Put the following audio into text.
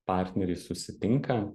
partneriai susitinka